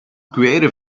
creative